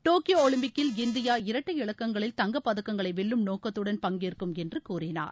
Tokyo ஒலிம்பிக்கில் India இரட்டை இலக்கங்களில் தங்கப் பதக்கங்களை வெல்லும் நோக்கத்துடன் பங்கேற்கும் என்று கூறினார்